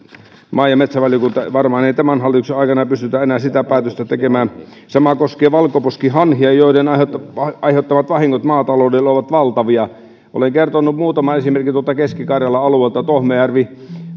maa ja metsätalousvaliokunta toimisi varmaan ei tämän hallituksen aikana pystytä enää sitä päätöstä tekemään sama koskee valkoposkihanhia joiden aiheuttamat aiheuttamat vahingot maataloudelle ovat valtavia olen kertonut muutaman esimerkin keski karjalan alueelta tohmajärvi